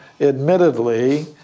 admittedly